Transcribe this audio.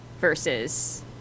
versus